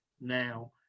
now